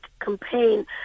campaign